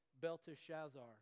Belteshazzar